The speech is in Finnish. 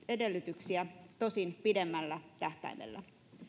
edellytyksiä tosin pidemmällä tähtäimellä